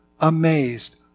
amazed